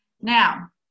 Now